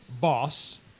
boss